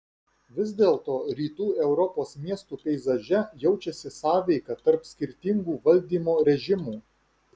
vis dėlto rytų europos miestų peizaže jaučiasi sąveika tarp skirtingų valdymo režimų